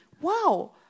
wow